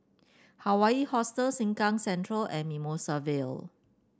Hawaii Hostel Sengkang Central and Mimosa Vale